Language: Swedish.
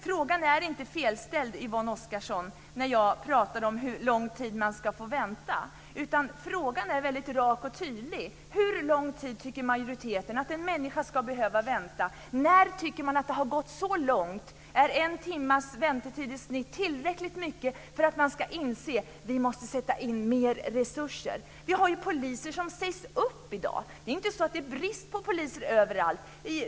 Frågan är inte felställd, Yvonne Oscarsson, när jag talar om hur lång tid man ska få vänta. Frågan är väldigt rak och tydlig: Hur lång tid tycker majoriteten att en människa behöva vänta? Är i snitt en timmes väntetid tillräckligt för att man ska inse att man måste sätta in mer resurser? I dag finns det poliser som sägs upp. Det är inte brist på poliser över allt.